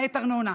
למעט ארנונה,